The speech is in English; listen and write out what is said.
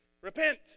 Repent